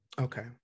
okay